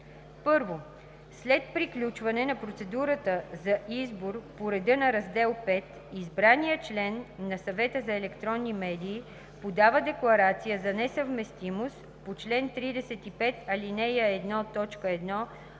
1. След приключване на процедурата за избор по реда на раздел V избраният член на Съвета за електронни медии подава декларация за несъвместимост по чл. 35, ал. 1,